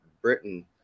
Britain